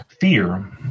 fear